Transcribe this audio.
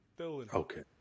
Okay